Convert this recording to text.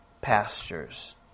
pastures